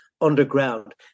underground